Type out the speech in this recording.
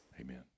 amen